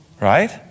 Right